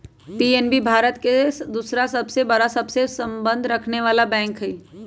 PNB Bharat के दूसरा सबसे बड़ा सबसे संबंध रखनेवाला बैंक हई